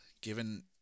Given